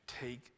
take